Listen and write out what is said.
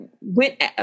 went